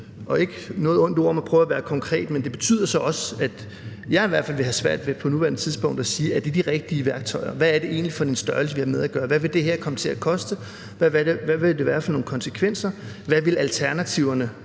Og ikke et ondt ord om at prøve at være konkret, men det betyder så også, at jeg i hvert fald vil have svært ved på nuværende tidspunkt at sige, om det er de rigtige værktøjer, hvad det egentlig er for en størrelse, vi har med at gøre, hvad det her vil komme til at koste, hvad for nogle konsekvenser der vil være, hvad alternativerne